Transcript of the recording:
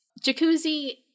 Jacuzzi